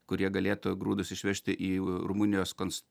kur jie galėtų grūdus išvežti į rumunijos kons